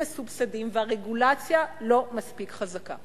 מסובסדים והרגולציה לא מספיק חזקה.